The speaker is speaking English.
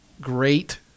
great